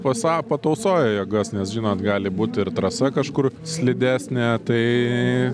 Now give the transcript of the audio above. pasa patausoja jėgas nes žinot gali būt ir trasa kažkur slidesnė tai